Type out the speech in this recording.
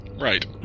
Right